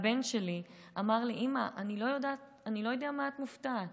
הבן שלי אמר לי: אני לא יודע למה את מופתעת.